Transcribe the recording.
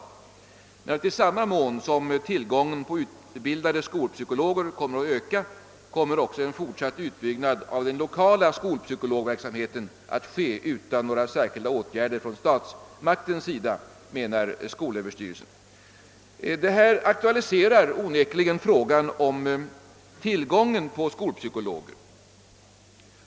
Skolöverstyrelsen har det bestämda intrycket att »i samma mån som tillgången på utbildade skolpsykologer kommer att öka, kommer en fortsatt utbyggnad av den lokala skolpsykologverksamheten ati ske utan några särskilda åtgärder från statsmaktens sida». Detta aktualiserar onekligen frågan om tillgången på skolpsykologer.